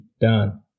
done